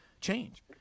change